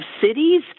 cities